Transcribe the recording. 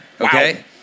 Okay